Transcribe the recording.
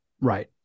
Right